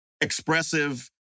expressive